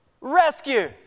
rescue